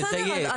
בסדר.